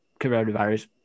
coronavirus